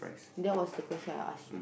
that was the question I ask you